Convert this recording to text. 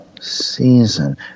season